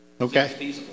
Okay